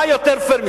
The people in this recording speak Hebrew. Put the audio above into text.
מה יותר פייר מזה?